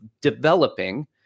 developing